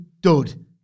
dud